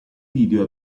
video